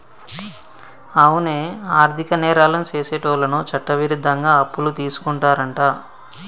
అవునే ఆర్థిక నేరాలను సెసేటోళ్ళను చట్టవిరుద్ధంగా అప్పులు తీసుకుంటారంట